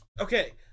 okay